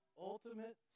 Ultimate